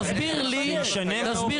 תסביר לי איך זה ישנה?